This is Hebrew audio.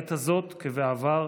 בעת הזאת, כבעבר,